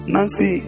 Nancy